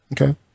Okay